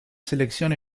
selección